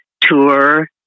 tour